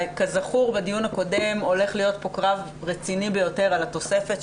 כזכור בדיון הקודם הולך להיות פה קרב רציני ביותר על התוספת,